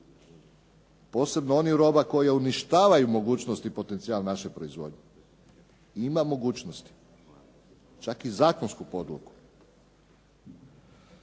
posebno onih roba koje uništavaju mogućnost i potencijal naše proizvodnje. Ima mogućnosti, čak i zakonsku podlogu.